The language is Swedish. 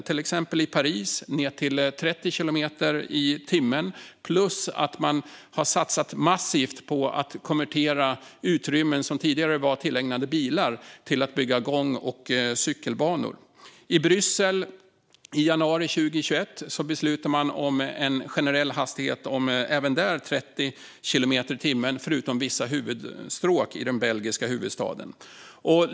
I till exempel Paris har man sänkt den ned till 30 kilometer i timmen - plus att man har satsat massivt på att konvertera utrymmen som tidigare var tillägnade bilar till gång och cykelbanor. I Bryssel beslutade man i januari i år om en generell hastighet om 30 kilometer i timmen, förutom på vissa huvudstråk.